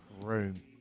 room